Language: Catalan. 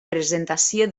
presentació